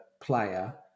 player